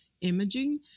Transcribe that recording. imaging